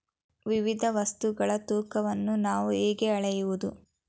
ವಿವಿಧ ವಸ್ತುಗಳ ತೂಕವನ್ನು ನಾವು ಹೇಗೆ ಅಳೆಯಬಹುದು?